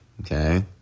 okay